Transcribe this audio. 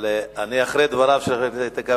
אבל אחרי דבריו של חבר הכנסת איתן כבל,